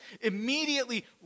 immediately